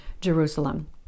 Jerusalem